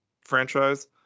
franchise